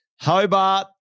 Hobart